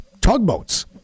tugboats